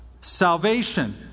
salvation